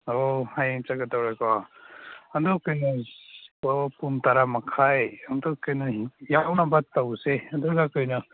ꯑꯣ ꯍꯌꯦꯡ ꯆꯠꯀꯗꯧꯔꯦ ꯀꯣ ꯑꯗꯨ ꯀꯩꯅꯣ ꯑꯣ ꯄꯨꯡ ꯇꯔꯥ ꯃꯈꯥꯏ ꯑꯗꯨ ꯀꯩꯅꯣ ꯌꯥꯎꯅꯕ ꯇꯧꯁꯦ ꯑꯗꯨꯒ ꯀꯩꯅꯣ